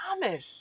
promise